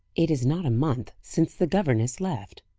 it is not a month since the governess left.